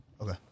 okay